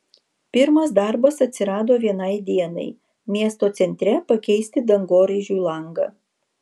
pirmas darbas atsirado vienai dienai miesto centre pakeisti dangoraižiui langą